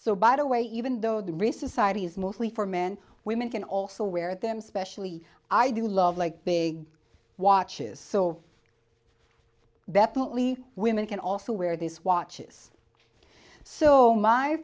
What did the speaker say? so by the way even though the recent site is mostly for men women can also wear them specially i do love like big watches so definitely women can also wear this watches so my